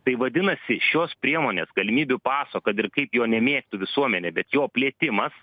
tai vadinasi šios priemonės galimybių paso kad ir kaip jo nemėgtų visuomenė bet jo plėtimas